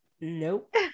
nope